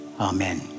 Amen